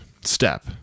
step